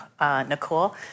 Nicole